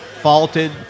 faulted